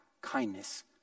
kindness